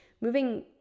moving